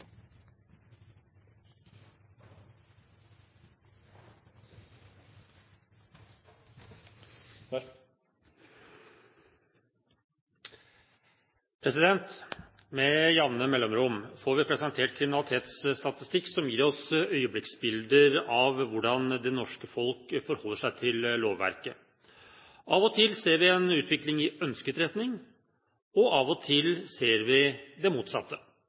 avsluttet. Med jevne mellomrom får vi presentert kriminalitetsstatistikk som gir oss øyblikksbilder av hvordan det norske folk forholder seg til lovverket. Av og til ser vi en utvikling i ønsket retning, og av og til ser vi det